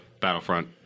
Battlefront